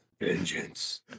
vengeance